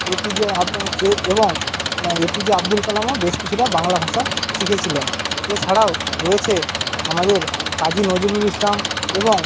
এ P J আব এবং A P J Abdul কালামও বেশ কিছুটা বাংলা ভাষা শিখেছিলেন এছাড়াও রয়েছে আমাদের কাজি নজরুল ইসলাম এবং